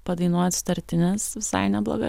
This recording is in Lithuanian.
padainuot sutartines visai nebloga